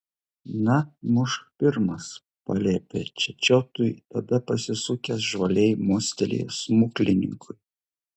na mušk pirmas paliepė čečiotui tada pasisukęs žvaliai mostelėjo smuklininkui